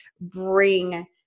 bring